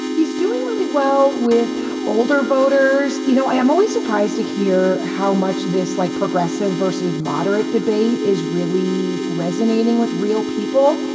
he's doing really well with older voters. you know, i'm always surprised to hear how much this like progressive versus moderate debate is really resonating with real people.